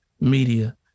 media